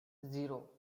zero